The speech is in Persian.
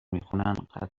میخونن